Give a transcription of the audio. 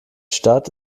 stadt